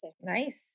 nice